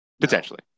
Potentially